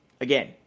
again